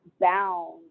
bound